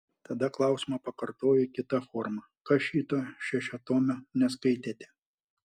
tada klausimą pakartoju kita forma kas šito šešiatomio neskaitėte